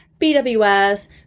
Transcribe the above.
BWS